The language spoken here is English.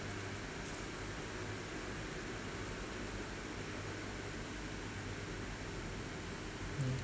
um